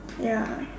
ya